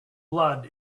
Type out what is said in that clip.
blood